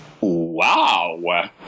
wow